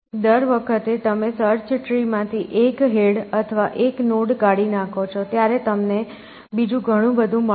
દર વખતે તમે સર્ચ ટ્રી માંથી એક હેડ અથવા એક નોડ કાઢી નાખો છો ત્યારે તમને બીજું ઘણું બધું મળે છે